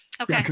Okay